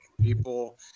People